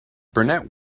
brunette